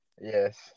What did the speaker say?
Yes